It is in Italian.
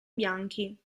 bianchi